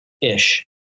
ish